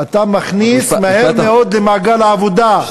אתה מכניס מהר מאוד למעגל העבודה,